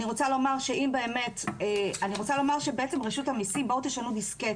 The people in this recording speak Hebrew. אני רוצה לומר לרשות המיסים תשנו דיסקט.